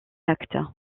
actes